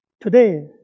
Today